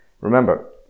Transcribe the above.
remember